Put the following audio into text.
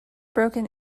broken